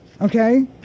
okay